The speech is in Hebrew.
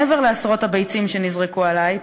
מעבר לעשרות הביצים שנזרקו עלי,